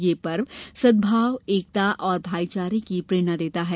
यह पर्व सदभाव एकता और भाईचारे की प्रेरणा देता है